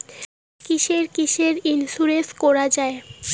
কিসের কিসের ইন্সুরেন্স করা যায়?